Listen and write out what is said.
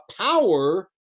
power